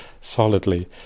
solidly